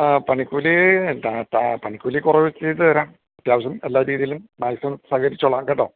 ആ പണിക്കൂലി എന്താത്താ പണിക്കൂലി കുറവ് ചെയ്ത് തരാം അത്യാവശ്യം എല്ലാ രീതിയിലും മാക്സിമം സഹകരിച്ചോളാം കേട്ടോ